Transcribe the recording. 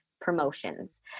promotions